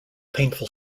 painful